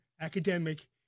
academic